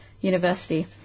University